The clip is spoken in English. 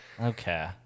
Okay